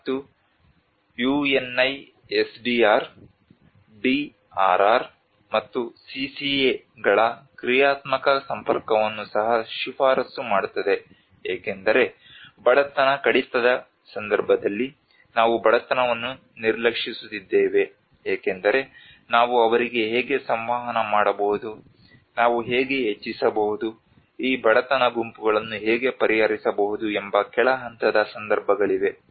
ಮತ್ತು UNISDR DRR ಮತ್ತು CCA ಗಳ ಕ್ರಿಯಾತ್ಮಕ ಸಂಪರ್ಕವನ್ನು ಸಹ ಶಿಫಾರಸು ಮಾಡುತ್ತದೆ ಏಕೆಂದರೆ ಬಡತನ ಕಡಿತದ ಸಂದರ್ಭದಲ್ಲಿ ನಾವು ಬಡತನವನ್ನು ನಿರ್ಲಕ್ಷಿಸುತ್ತಿದ್ದೇವೆ ಏಕೆಂದರೆ ನಾವು ಅವರಿಗೆ ಹೇಗೆ ಸಂವಹನ ಮಾಡಬಹುದು ನಾವು ಹೇಗೆ ಹೆಚ್ಚಿಸಬಹುದು ಈ ಬಡತನ ಗುಂಪುಗಳನ್ನು ಹೇಗೆ ಪರಿಹರಿಸಬಹುದು ಎಂಬ ಕೆಳ ಹಂತದ ಸಂದರ್ಭಗಳಿವೆ